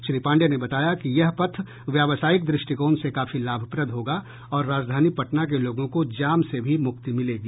श्री पाण्डेय ने बताया कि यह पथ व्यावसायिक दृष्टिकोण से काफी लाभप्रद होगा और राजधानी पटना के लोगों को जाम से भी मुक्ति मिलेगी